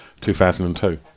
2002